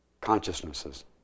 consciousnesses